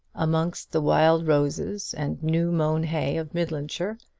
amongst the wild roses and new-mown hay of midlandshire,